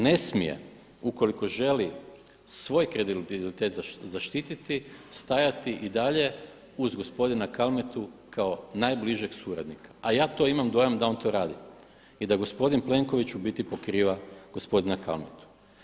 Ne smije ukoliko želi svoj kredibilitet zaštiti stajati i dalje uz gospodina Kalmetu kao najbližeg suradnika a ja to imam dojam da on to radi i da gospodin Plenković u biti pokriva gospodina Kalmetu.